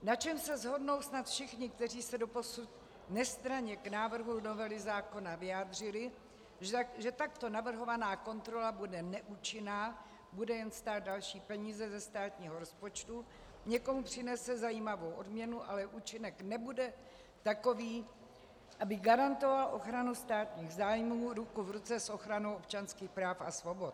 Na čem se shodnou snad všichni, kteří se doposud nestranně k návrhu novely zákona vyjádřili, že takto navrhovaná kontrola bude neúčinná, bude jen stát další peníze ze státního rozpočtu, někomu přinese zajímavou odměnu, ale účinek nebude takový, aby garantoval ochranu státních zájmů ruku v ruce s ochranou občanských práv a svobod.